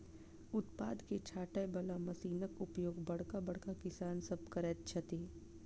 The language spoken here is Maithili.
उत्पाद के छाँटय बला मशीनक उपयोग बड़का बड़का किसान सभ करैत छथि